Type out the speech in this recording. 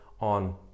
on